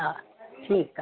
हा ठीकु आहे